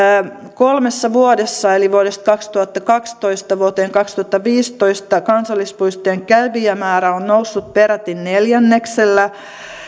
kolmessa vuodessa eli vuodesta kaksituhattakaksitoista vuoteen kaksituhattaviisitoista kansallispuistojen kävijämäärä on noussut peräti neljänneksellä